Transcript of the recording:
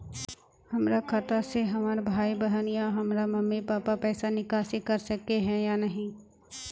हमरा खाता से हमर भाई बहन या हमर मम्मी पापा पैसा निकासी कर सके है या नहीं?